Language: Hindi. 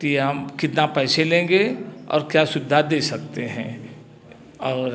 कि हम कितना पैसे लेंगे और क्या सुविधा दे सकते हैं और